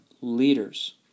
leaders